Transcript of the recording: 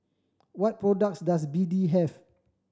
what products does B D have